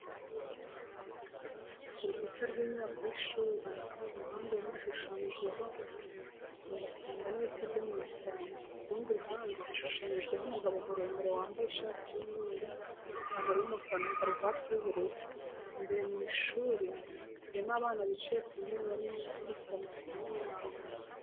Ku rukuta rw'inyubako y'ishuri uruhande rumwe hashushanyijeho gasumbashyamba n'ibiti byo mu ishyamba, urundi ruhande hashushanyijeho umugabo muremure wambaye ishati y'umweru, ipantaro y'umukara na karuvati y'ubururu, imbere mu ishuri harimo abana bicaye ku ntebe barimo gukurikira amasomo yabo,